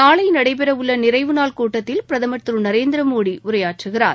நாளை நடைபெற உள்ள நிறைவு நாள் கூட்டத்தில் பிரதமர் திரு நரேந்திர மோடி உரையாற்றுகிறார்